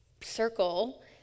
circle